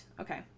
okay